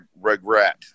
regret